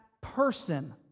person